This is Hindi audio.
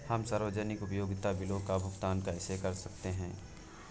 हम सार्वजनिक उपयोगिता बिलों का भुगतान कैसे कर सकते हैं?